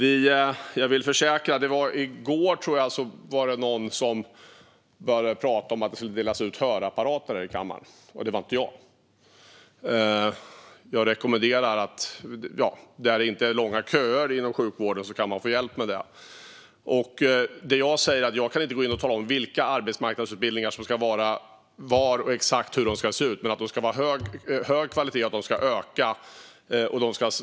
I går började någon prata om att det skulle delas ut hörapparater här i kammaren, och det var inte jag. Men det är inte långa köer inom sjukvården för att få hjälp med det. Jag säger att jag inte kan gå in och tala om vilka arbetsmarknadsutbildningar som ska finnas, var de ska finnas och exakt hur de ska se ut. Men de ska vara av hög kvalitet och bli fler.